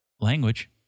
language